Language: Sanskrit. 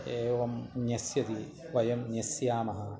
एवं न्यास्यति वयं न्यस्यामः